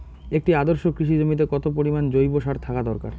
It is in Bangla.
একটি আদর্শ কৃষি জমিতে কত পরিমাণ জৈব সার থাকা দরকার?